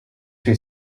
suoi